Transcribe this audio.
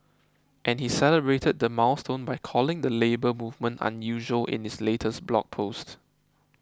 and he celebrated the milestone by calling the Labour Movement unusual in his latest blog post